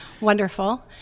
wonderful